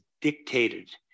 dictated